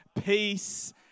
peace